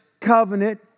covenant